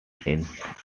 ends